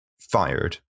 fired